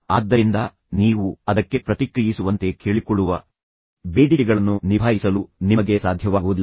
ಆದ್ದರಿಂದ ನೀವು ಅದಕ್ಕೆ ಪ್ರತಿಕ್ರಿಯಿಸುವಂತೆ ಕೇಳಿಕೊಳ್ಳುವ ಬೇಡಿಕೆಗಳನ್ನು ನಿಭಾಯಿಸಲು ನಿಮಗೆ ಸಾಧ್ಯವಾಗುವುದಿಲ್ಲ